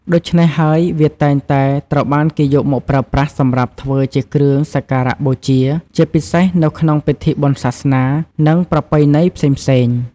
ដូច្នេះហើយ វាតែងតែត្រូវបានគេយកមកប្រើប្រាស់សម្រាប់ធ្វើជាគ្រឿងសក្ការបូជាជាពិសេសនៅក្នុងពិធីបុណ្យសាសនា និងប្រពៃណីផ្សេងៗ។